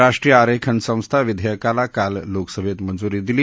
राष्ट्रीय आरेखन संस्था विधेयकाला काल लोकसभेनं मंजूरी दिली